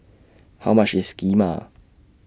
How much IS Kheema